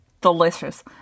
delicious